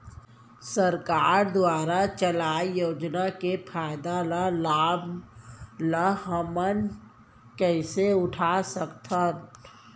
सरकार दुवारा चलाये योजना के फायदा ल लाभ ल हमन कइसे उठा सकथन?